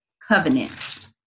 covenant